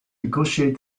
negotiate